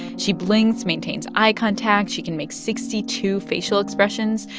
she blinks, maintains eye contact. she can make sixty two facial expressions.